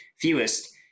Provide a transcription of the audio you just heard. fewest